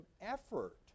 effort